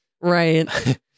Right